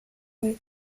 growth